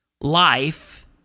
Life